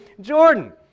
Jordan